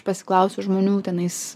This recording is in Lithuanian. pasiklausiu žmonių tenais